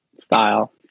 style